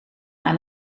aan